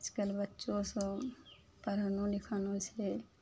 आइ काल्हि बच्चो सब पढ़लो लिखलो छै